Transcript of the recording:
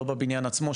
לא בבניין עצמו,